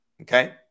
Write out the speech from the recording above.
Okay